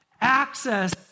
Access